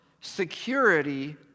security